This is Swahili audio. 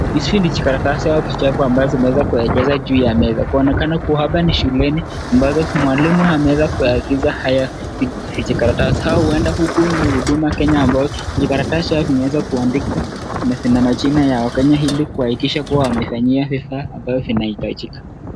Hizi ni vijikaratasi ama vichepe ambavyo zimeweza kuekelezwa juu ya meza. Inaonekana kuwa hapa ni shuleni ambapo mwalimu ameweza kuagiza haya vijikarasi ama huenda huku ni Huduma Kenya ambapo hizi vijikaratasi zimeweza kuandikwa na zina majina ya Wakenya ili kuhakikisha kuwa wamefanyiwa vifaa ambavyo vinahitajika.